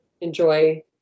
enjoy